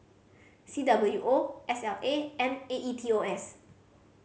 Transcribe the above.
C W O S L A and A E T O S